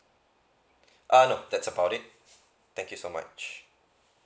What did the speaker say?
uh no that's about it thank you so much